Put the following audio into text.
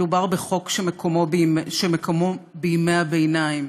מדובר בחוק שמקומו בימי הביניים,